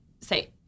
say